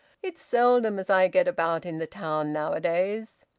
it's seldom as i get about in the town nowadays.